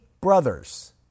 brothers